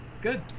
Good